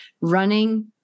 running